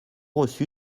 reçu